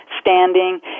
standing